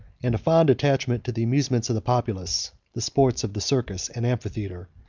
and a fond attachment to the amusements of the populace the sports of the circus and amphitheatre,